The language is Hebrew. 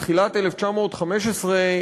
בתחילת 1915,